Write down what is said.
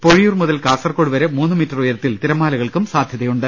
പൊഴി your മുതൽ കാസർകോടുവരെ മൂന്നു മീറ്റർ ഉയരത്തിൽ തിരമാലകൾക്കും സാധ്യതയുണ്ട്